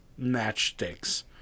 matchsticks